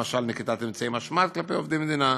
למשל נקיטת אמצעי משמעת כלפי עובדי מדינה,